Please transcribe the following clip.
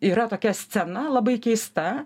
yra tokia scena labai keista